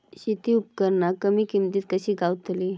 शेती उपकरणा कमी किमतीत कशी गावतली?